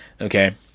okay